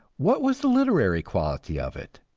what was the literary quality of it?